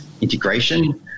integration